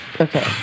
Okay